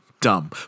dumb